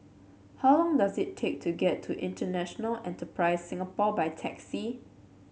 how long does it take to get to International Enterprise Singapore by taxi